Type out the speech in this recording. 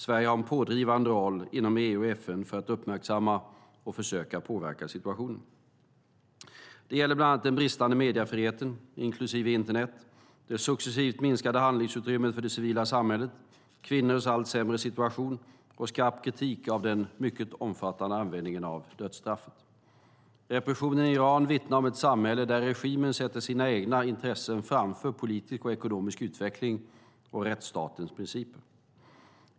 Sverige har en pådrivande roll inom EU och FN för att uppmärksamma och försöka påverka situationen. Det gäller bland annat den bristande mediefriheten, inklusive internet, det successivt minskade handlingsutrymmet för det civila samhället och kvinnors allt sämre situation, och vi riktar skarp kritik mot den mycket omfattande användningen av dödsstraffet. Repressionen i Iran vittnar om ett samhälle där regimen sätter sina egna intressen framför politisk och ekonomisk utveckling och rättsstatens principer.